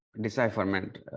decipherment